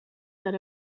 that